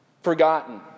Forgotten